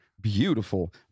beautiful